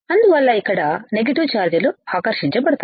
అందువల్ల ఇక్కడ నెగిటివ్ ఛార్జీలు ఆకర్షించబడతాయి